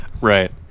Right